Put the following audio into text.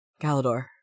Galador